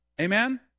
Amen